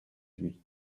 lui